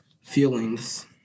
feelings